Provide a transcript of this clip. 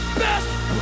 best